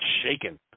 shaking